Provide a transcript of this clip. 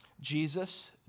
Jesus